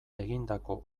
egindako